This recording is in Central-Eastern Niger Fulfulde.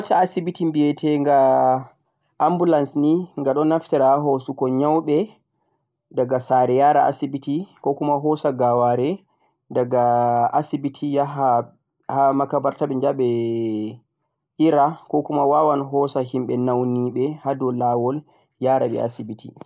mota asibiti bhitegha abulance ni ghado naftira ha hosugo nyaubeh daga saare yara asibiti ko kuma hosa gaware daga asibiti yaha ha makabarta beh yaha beh ira ko kuma wawan hosa himbe naunibeh ha doh lawol yara beh asibiti